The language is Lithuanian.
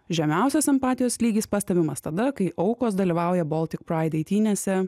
žemiausias empatijos lygis pastebimas tada kai aukos dalyvauja baltic praid eitynėse